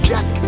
Jack